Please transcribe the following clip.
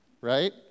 Right